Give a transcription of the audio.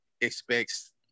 expects